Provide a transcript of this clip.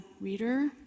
reader